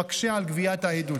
שמקשה על גביית העדות.